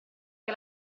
che